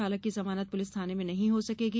चालक की जमानत पुलिस थाने में नहीं हो सकेगी